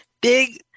big